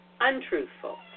untruthful